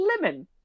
lemon